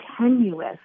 tenuous